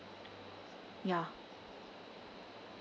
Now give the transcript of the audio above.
ya